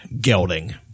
Gelding